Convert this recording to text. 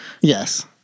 Yes